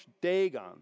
Dagon